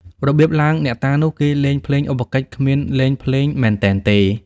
របៀបឡើងអ្នកតានោះ គេលេង ភ្លេងឧបកិច្ចគ្មានលេងភ្លេងមែនទែនទេ។